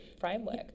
framework